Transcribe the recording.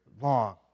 long